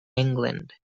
england